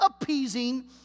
appeasing